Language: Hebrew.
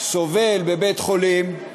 סובל בבית-חולים,